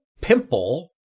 pimple